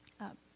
up